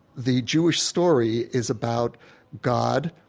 the jewish story is about god